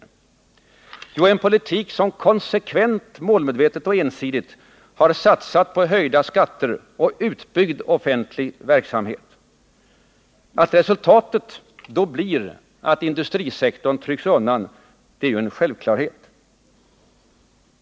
Jo, de har fört en politik som konsekvent, målmedvetet och ensidigt har satsat på höjda skatter och utbyggd offentlig verksamhet. Att resultatet då blir att industrisektorn trycks undan är ju en självklarhet.